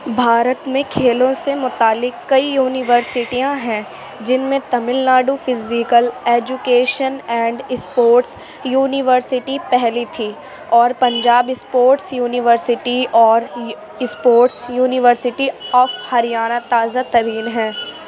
بھارت میں کھیلوں سے متعلق کئی یونیورسٹیاں ہیں جن میں Tamil Nadu physical education and sports university پہلی تھی اور پنجاب اسپورٹس یونیورسیٹی اور اسپورٹس یونیورسیٹی آف ہریانہ تازہ ترین ہیں